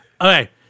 Okay